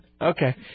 Okay